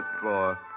floor